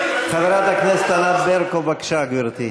חברת הכנסת ענת ברקו, בבקשה, גברתי.